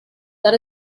that